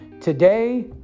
Today